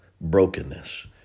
brokenness